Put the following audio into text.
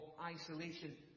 isolation